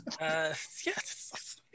Yes